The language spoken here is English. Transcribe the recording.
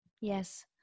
Yes